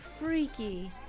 freaky